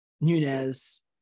Nunez